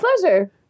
pleasure